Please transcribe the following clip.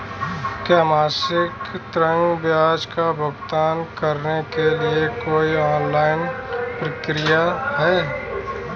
क्या मासिक ऋण ब्याज का भुगतान करने के लिए कोई ऑनलाइन प्रक्रिया है?